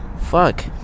Fuck